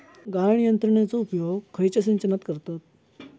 गाळण यंत्रनेचो उपयोग खयच्या सिंचनात करतत?